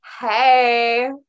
Hey